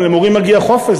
גם למורים מגיע חופש,